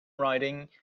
routing